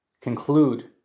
conclude